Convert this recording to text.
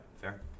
fair